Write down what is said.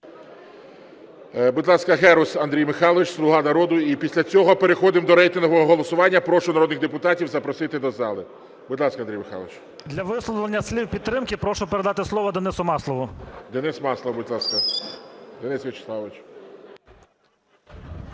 Будь ласка, Герус Андрій Михайлович, "Слуга народу". І після цього переходимо до рейтингового голосування. Прошу народних депутатів запросити до зали. Будь ласка, Андрій Михайлович. 14:04:04 ГЕРУС А.М. Для висловлення слів підтримки прошу передати слово Денису Маслову. ГОЛОВУЮЧИЙ. Денис Маслов, будь ласка, Денис Вячеславович.